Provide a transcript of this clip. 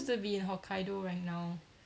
supposed to be in hokkaido right now